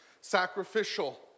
sacrificial